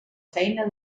feina